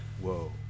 whoa